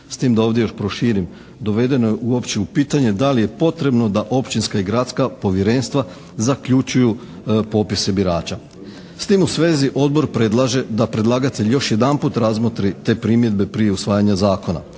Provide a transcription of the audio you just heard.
S tim da ovdje još proširim. Dovedeno je uopće u pitanje da li je potrebno da općinska i gradska povjerenstva zaključuju popise birača. S tim u svezi Odbor predlaže da predlagatelj još jedanput razmotri te primjedbe prije usvajanja zakona.